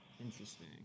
Interesting